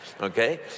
okay